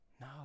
No